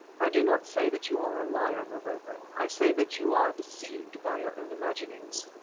i do not say that you are a liar, mavovo, i say that you are deceived by your own imaginings.